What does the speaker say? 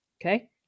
Okay